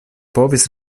povis